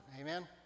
amen